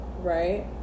right